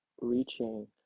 reaching